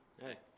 Hey